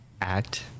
act